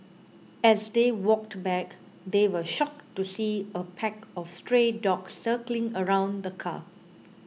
as they walked back they were shocked to see a pack of stray dogs circling around the car